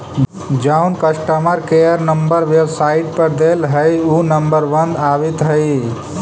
जउन customer care number website पर देल हई ऊ नंबर बंद आबित हई